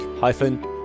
hyphen